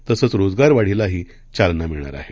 तसंच रोजगार वाढीलाही चालना मिळणार आहे